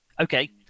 Okay